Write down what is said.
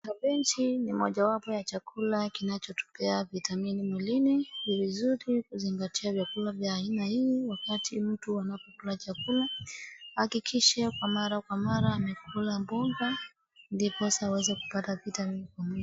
Kabeji ni mojawapo ya chakula kinacho tupea vitamini mwilini, ni vizuri kuzingatia vyakula vya aina hii wakati mtu anapokula chakula, ahakikishe mara kwa mara amekula mboga ndiposa aweze kupata vitamini kwa mwili.